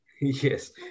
Yes